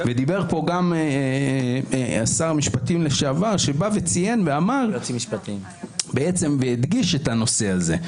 דיבר פה גם שר המשפטים לשעבר שבא וציין ואמר והדגיש את הנושא הזה,